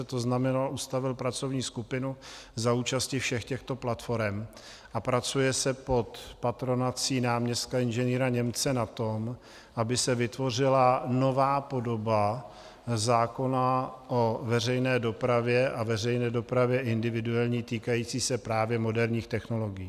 To znamená, ustavil pracovní skupinu za účasti všech těchto platforem a pracuje se pod patronací náměstka inženýra Němce na tom, aby se vytvořila nová podoba zákona o veřejné dopravě a veřejné dopravě individuální týkající se právě moderních technologií.